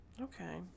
Okay